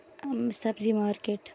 سَبزی مرکیٹ